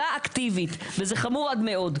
בתעמולה אקטיבית, וזה חמור מאוד.